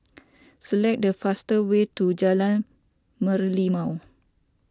select the fastest way to Jalan Merlimau